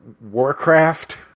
Warcraft